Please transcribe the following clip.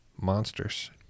monsters